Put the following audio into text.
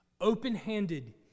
Open-handed